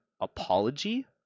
apology